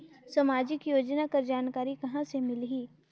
समाजिक योजना कर जानकारी कहाँ से मिलही?